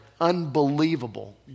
unbelievable